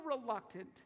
reluctant